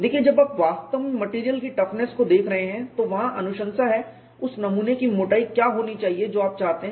देखिए जब आप वास्तव में मेटेरियल की टफनेस को देख रहे हैं तो वहां अनुशंसा हैं उस नमूने की मोटाई क्या होनी चाहिए जो आप चाहते हैं